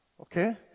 Okay